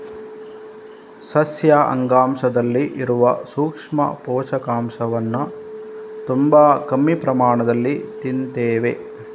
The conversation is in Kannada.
ಸಸ್ಯ ಅಂಗಾಂಶದಲ್ಲಿ ಇರುವ ಸೂಕ್ಷ್ಮ ಪೋಷಕಾಂಶವನ್ನ ತುಂಬಾ ಕಮ್ಮಿ ಪ್ರಮಾಣದಲ್ಲಿ ತಿಂತೇವೆ